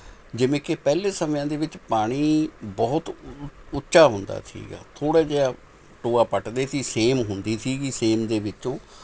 ਜਿਵੇਂ ਕਿ ਪਹਿਲੇ ਸਮਿਆਂ ਦੇ ਵਿੱਚ ਪਾਣੀ ਬਹੁਤ ਉੱਚਾ ਹੁੰਦਾ ਸੀ ਥੋੜ੍ਹਾ ਜਿਹਾ ਟੋਆ ਪੱਟਦੇ ਸੀ ਸੇਮ ਹੁੰਦੀ ਸੀ ਸੇਮ ਦੇ ਵਿੱਚੋਂ